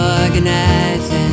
organizing